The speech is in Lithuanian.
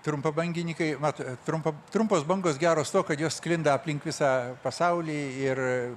trumpabangininkai mato trumpa trumpos bangos geros tuo kad jos sklinda aplink visą pasaulį ir